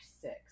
six